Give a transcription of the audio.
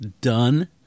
done